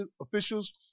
officials